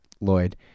Lloyd